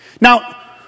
Now